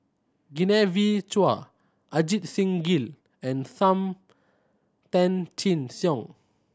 Genevieve Chua Ajit Singh Gill and Sam Tan Chin Siong